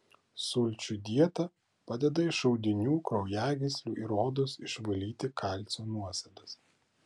sulčių dieta padeda iš audinių kraujagyslių ir odos išvalyti kalcio nuosėdas